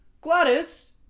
Gladys